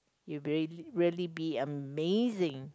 it will really really be amazing